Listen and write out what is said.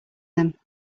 them